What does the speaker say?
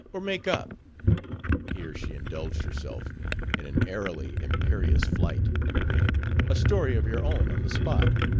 or make up here she indulged herself in an airily imperious flight a story of your own on the spot.